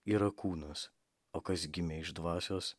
yra kūnas o kas gimė iš dvasios